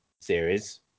Series